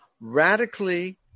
radically